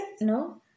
no